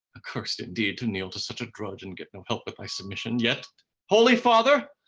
accursed indeed to kneel to such a drudge, and get no help with thy submission. yet holy father,